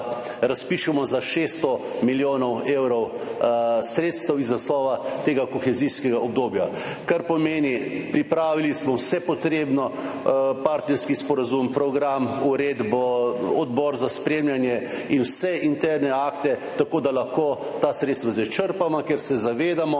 razpišemo za 600 milijonov evrov sredstev iz naslova tega kohezijskega obdobja. Kar pomeni, da smo pripravili vse potrebno, partnerski sporazum, program, uredbo, odbor za spremljanje in vse interne akte, tako da lahko ta sredstva zdaj črpamo, ker se zavedamo,